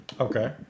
Okay